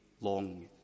long